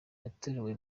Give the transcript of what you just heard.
yatorewe